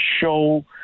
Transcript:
show